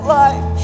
life